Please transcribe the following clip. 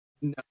No